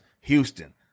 Houston